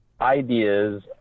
ideas